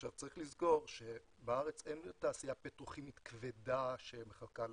צריך לזכור שבארץ אין תעשייה פטרוכימית כבדה שמחכה לגז.